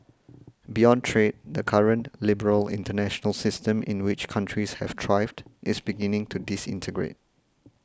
beyond trade the current liberal international system in which countries have thrived is beginning to disintegrate